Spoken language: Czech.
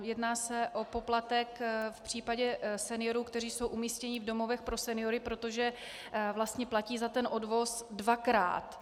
Jedná se o poplatek v případě seniorů, kteří jsou umístěni v domovech pro seniory, protože vlastně platí za odvoz dvakrát.